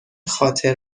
خاطر